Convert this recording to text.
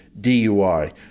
DUI